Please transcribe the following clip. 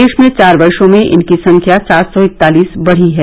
देश में चार वर्षो में इनकी संख्या सात सौ इकतालिस बढी है